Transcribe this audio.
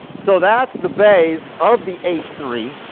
so that's the bays of the h three.